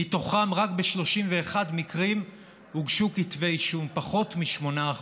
ומהם רק ב-31 מקרים הוגשו כתבי אישום, פחות מ-8%.